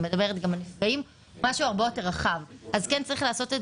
אני מדברת גם על נפגעים אז צריך לעשות את